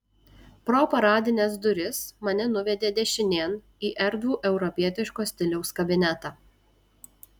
pro paradines duris mane nuvedė dešinėn į erdvų europietiško stiliaus kabinetą